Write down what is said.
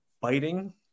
biting